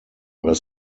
were